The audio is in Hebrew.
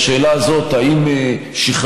כל המגבלות שאתה מתאר,